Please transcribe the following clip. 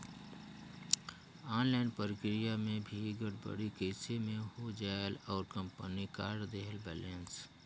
Online प्रक्रिया मे भी गड़बड़ी कइसे मे हो जायेल और कंपनी काट देहेल बैलेंस?